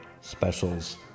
specials